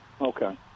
Okay